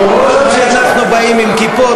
כמו שאנחנו באים עם כיפות,